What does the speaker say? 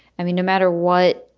i mean, no matter what.